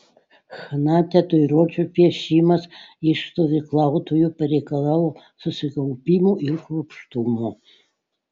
chna tatuiruočių piešimas iš stovyklautojų pareikalavo susikaupimo ir kruopštumo